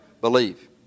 believe